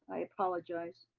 i apologize.